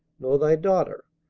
nor thy daughter,